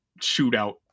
shootout